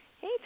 Hey